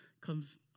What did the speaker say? comes